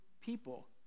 people